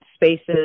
spaces